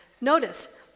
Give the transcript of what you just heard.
Notice